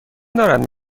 دارد